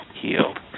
healed